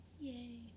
Yay